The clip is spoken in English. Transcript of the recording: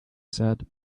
said